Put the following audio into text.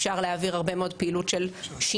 אפשר להעביר הרבה מאוד פעילות של שיניים.